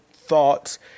thoughts